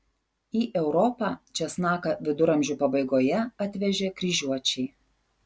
į europą česnaką viduramžių pabaigoje atvežė kryžiuočiai